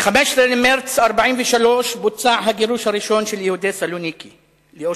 ב-15 במרס 1943 בוצע הגירוש הראשון של יהודי סלוניקי לאושוויץ.